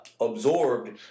Absorbed